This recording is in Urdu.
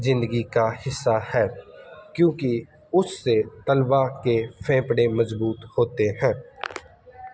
زندگی کا حصہ ہے کیونکہ اس سے طلبہ کے پھیپھڑے مضبوط ہوتے ہیں